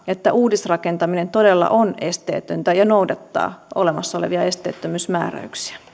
että uudisrakentaminen todella on esteetöntä ja noudattaa olemassa olevia esteettömyysmääräyksiä